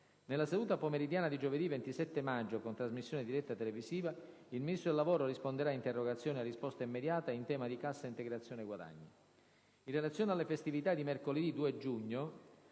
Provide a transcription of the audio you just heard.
Nella seduta pomeridiana di giovedì 27 maggio, con trasmissione diretta televisiva, il Ministro del lavoro risponderà a interrogazioni a risposta immediata in tema di Cassa integrazione guadagni. In relazione alla festività di mercoledì 2 giugno,